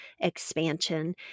expansion